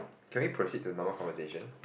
can we proceed to normal conversation